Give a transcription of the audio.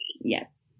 yes